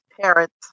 parents